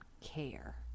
care